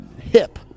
Hip